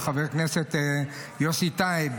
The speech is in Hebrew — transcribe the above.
וחבר הכנסת יוסי טייב,